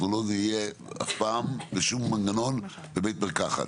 אנחנו לא נהיה אף פעם בשום מנגנון בבית מרקחת.